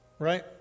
right